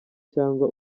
cyangwa